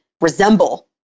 resemble